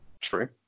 True